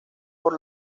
por